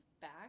back